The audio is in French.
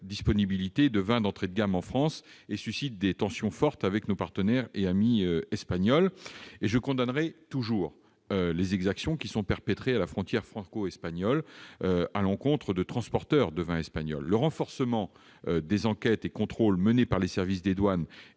disponibilité de vins d'entrée de gamme en France. Cette situation suscite des tensions fortes avec nos partenaires et amis Espagnols. Je condamnerai toujours les exactions perpétrées à la frontière franco-espagnole à l'encontre de transporteurs de vins espagnols. Le renforcement en 2016 des enquêtes et contrôles menés par les services des douanes